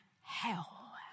hell